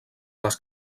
les